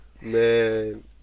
man